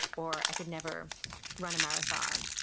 or i could never run a marathon,